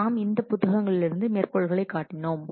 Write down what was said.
நாம் இந்தப் புத்தகத்திலிருந்து மேற்கோள்களை காட்டினோம்